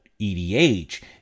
EDH